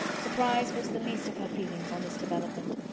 surprise was the least of her feelings on this development.